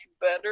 better